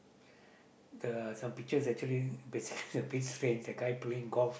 the some pictures actually basically the guy playing golf